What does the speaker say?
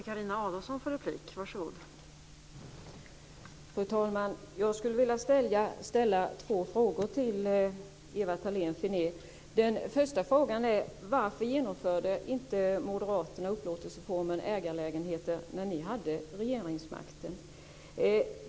Fru talman! Jag skulle vilja ställa två frågor till Ewa Thalén Finné. Den första frågan är: Varför genomförde inte moderaterna upplåtelseformen ägarlägenheter när ni hade regeringsmakten?